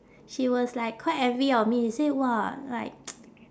she was like quite envy of me say !wah! like